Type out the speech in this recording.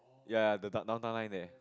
ya the down Downtown Line there